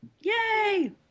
Yay